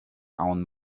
own